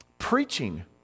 Preaching